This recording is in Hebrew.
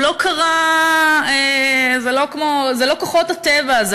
הוא לא קרה, זה לא כוחות הטבע.